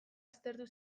aztertu